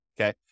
okay